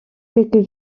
quelques